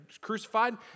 crucified